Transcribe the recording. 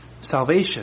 Salvation